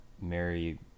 mary